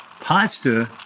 pasta